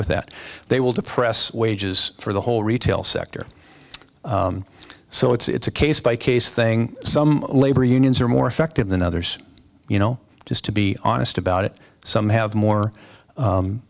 with that they will depress wages for the whole retail sector so it's a case by case thing some labor unions are more effective than others you know just to be honest about it some have more